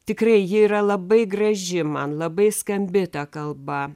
tikrai ji yra labai graži man labai skambi ta kalba